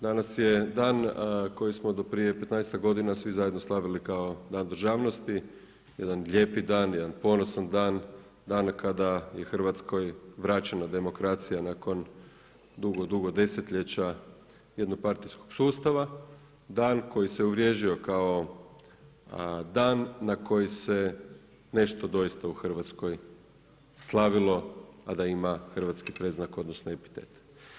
Danas je dan koji smo do prije 15-ak godina svi zajedno slavili kao dan državnosti, jedan lijepi dan, jedan ponosan dan, dan kada je Hrvatskoj vraćena demokracija nakon dugo, dugo desetljeća jednopartijskog sustava, dan koji se uvriježio kao dan na koji se nešto doista u Hrvatskoj slavilo, a da ima hrvatski predznak odnosno epitet.